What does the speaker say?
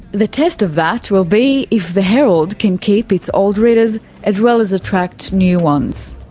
the test of that will be if the herald can keep its old readers as well as attract new ones.